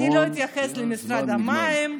ואני לא אתייחס למשרד המים.